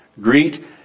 Greet